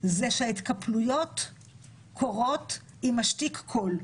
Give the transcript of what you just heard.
זה שההתקפלויות קורות עם משתיק קול.